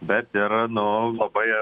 bet ir nu labai